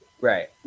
Right